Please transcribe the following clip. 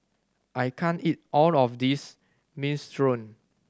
I can't eat all of this Minestrone